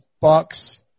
Bucks